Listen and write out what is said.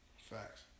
Facts